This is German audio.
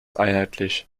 einheitlich